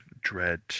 dread